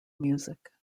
music